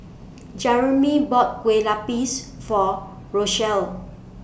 Jeremey bought Kue Lupis For Rochelle